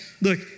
Look